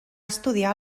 estudiar